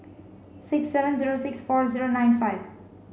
six seven zero six four zero nine five